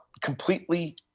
completely